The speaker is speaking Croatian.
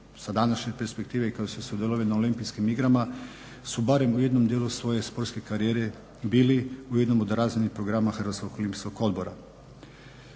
sa današnje perspektive kada su sudjelovali na Olimpijskim igrama su barem u jednom dijelu svoje sportske karijere bili u jednom od razvojnih programa HOO-a. Bavimo se naravno